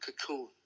cocoon